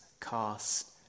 cast